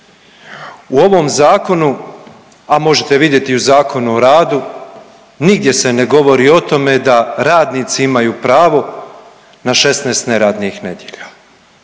U ovom zakonu, a možete vidjeti i u Zakonu o radu nigdje se ne govori o tome da radnici imaju pravo na 16 neradnih nedjelja.